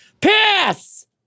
Pass